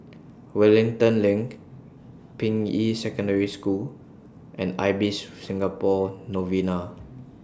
Wellington LINK Ping Yi Secondary School and Ibis Singapore Novena